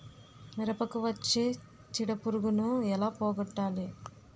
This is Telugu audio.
మిరపకు వచ్చే చిడపురుగును ఏల పోగొట్టాలి?